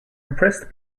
impressed